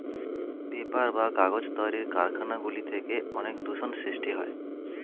paper বা কাগজ তৈরির কারখানা গুলি থেকে অনেক দূষণ সৃষ্টি হয়